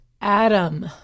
Adam